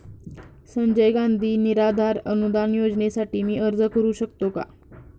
संजय गांधी निराधार अनुदान योजनेसाठी मी अर्ज करू शकतो का?